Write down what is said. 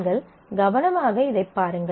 நீங்கள் கவனமாக இதைப் பாருங்கள்